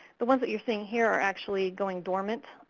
the ones that you're seeing here are actually going dormant,